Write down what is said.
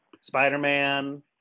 Spider-Man